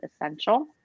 essential